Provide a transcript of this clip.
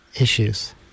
issues